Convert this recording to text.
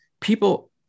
people